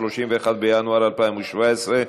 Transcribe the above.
31 בינואר 2017,